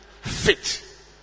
fit